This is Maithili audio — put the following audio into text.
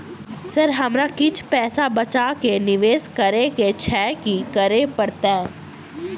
सर हमरा किछ पैसा बचा कऽ निवेश करऽ केँ छैय की करऽ परतै?